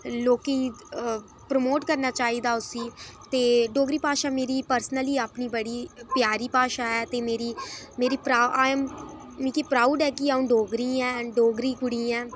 लोकें ई प्रमोट करना चाहिदा उस्सी ते डोगरी भाशा मेरी पर्सनली अपनी बड़ी प्यारी भाशा ऐ ते मेरी मिगी प्राउड ऐ कि अ'ऊं डोगरी ऐ डोगरी कुड़ी ऐ